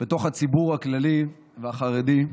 בתוך הציבור הכללי והחרדי.